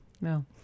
No